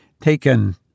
taken